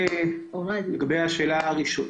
לגבי השאלה הראשונה,